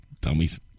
dummies